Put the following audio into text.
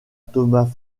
thomas